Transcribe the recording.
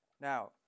Now